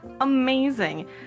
Amazing